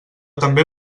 també